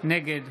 נגד